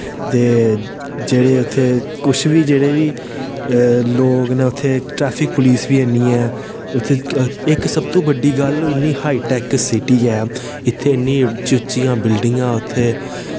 ते जेह्ड़े उत्थै कुछ बी जेह्ड़े बी लोक न उत्थै ट्रैफिक पुलस बी हैनी ऐ उत्थै इक सबतो बड्डी गल्ल होई इन्नी हाई टैक सिटी ऐ इत्थै इन्नी उच्ची उच्चियां बिल्डिंगां उत्थै